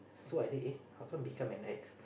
so I say eh how come become an X